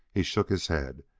he shook his head,